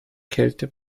kälte